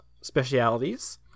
specialities